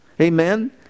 Amen